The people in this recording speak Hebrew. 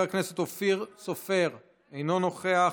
חבר הכנסת אופיר סופר, אינו נוכח,